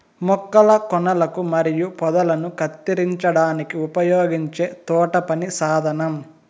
మొక్కల కొనలను మరియు పొదలను కత్తిరించడానికి ఉపయోగించే తోటపని సాధనం